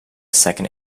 second